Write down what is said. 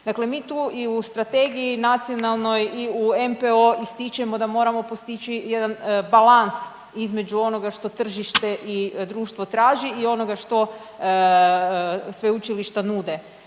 Dakle, mi tu i u strategiji nacionalnoj i u NPO istečemo da moramo postići jedan balans između onoga što tržište i društvo traži i onoga što sveučilišta nude,